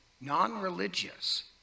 non-religious